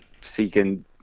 seeking